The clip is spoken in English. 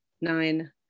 nine